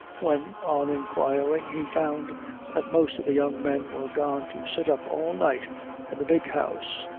when, on inquiring, he found that most of the young men were gone to sit up all night in the big house.